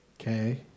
Okay